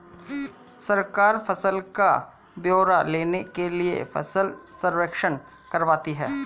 सरकार फसल का ब्यौरा लेने के लिए फसल सर्वेक्षण करवाती है